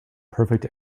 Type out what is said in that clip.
perfect